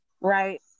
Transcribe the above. Right